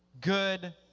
Good